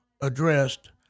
addressed